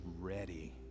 ready